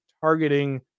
targeting